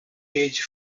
age